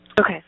Okay